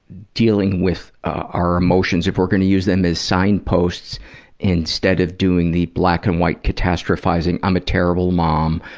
dealing with our emotions. if we're going to use them as signposts instead of doing the black-and-white catastrophizing i'm a terrible mom,